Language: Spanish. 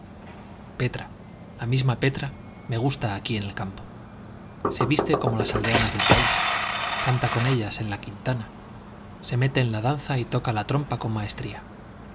petra la misma petra me gusta aquí en el campo se viste como las aldeanas del país canta con ellas en la quintana se mete en la danza y toca la trompa con maestría